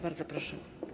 Bardzo proszę.